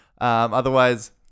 Otherwise